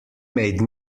made